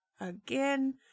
again